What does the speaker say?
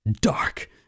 Dark